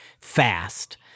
Fast